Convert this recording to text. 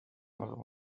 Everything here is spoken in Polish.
nowym